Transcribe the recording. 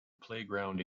playground